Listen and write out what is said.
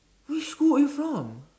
which school were you from